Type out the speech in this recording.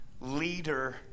leader